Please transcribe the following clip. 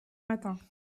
matin